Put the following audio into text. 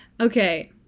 Okay